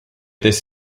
this